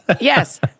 Yes